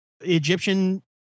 Egyptian